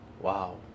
Wow